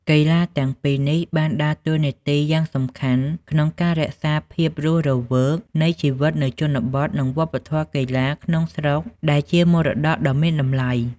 កីឡាទាំងពីរនេះបានដើរតួនាទីយ៉ាងសំខាន់ក្នុងការរក្សាភាពរស់រវើកនៃជីវិតនៅជនបទនិងវប្បធម៌កីឡាក្នុងស្រុកដែលជាមរតកដ៏មានតម្លៃ។